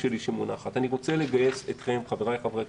שלי שמונחת ואני רוצה לגייס אתכם חברי הכנסת,